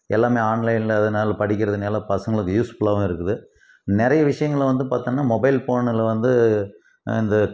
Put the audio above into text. எல்லாமே ஆன்லைனில் எதனால் படிக்கிறதுனால் பசங்களுக்கு யூஸ்ஃபுல்லாகவும் இருக்குது நிறைய விஷயங்கள் பார்த்தனா மொபைல் ஃபோனில் வந்து இந்த